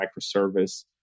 microservice